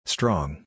Strong